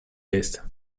list